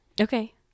Okay